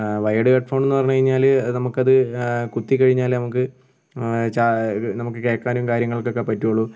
wired head ഫോണെന്ന് പറഞ്ഞു കഴിഞ്ഞാൽ നമുക്കത് കുത്തിക്കഴിഞ്ഞാൽ നമുക്ക് ചാർ നമുക്ക് കേൾക്കാനും കാര്യങ്ങൾക്കൊക്കെ പറ്റുള്ളൂ